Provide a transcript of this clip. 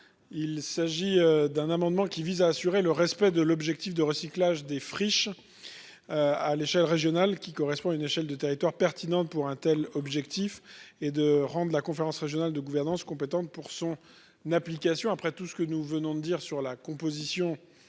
Il s'agit d'un amendement qui vise à assurer le respect de l'objectif de recyclage des friches. À l'échelle régionale qui correspond à une échelle de territoires pertinents pour un tel objectif est de rang de la conférence régionale de gouvernance compétente pour son n'application après tout ce que nous venons de dire sur la composition